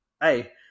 Hey